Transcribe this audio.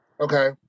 Okay